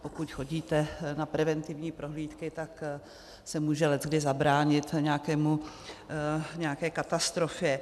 Pokud chodíte na preventivní prohlídky, tak se může leckdy zabránit nějaké katastrofě.